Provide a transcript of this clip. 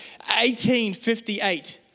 1858